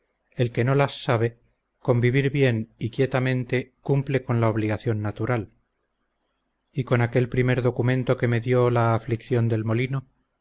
el que no las sabe con vivir bien y quietamente cumple con la obligación natural y con aquel primer documento que me dió la aflicción del molino